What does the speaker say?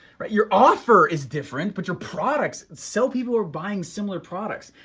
right? your offer is different, but your products sell people are buying similar products.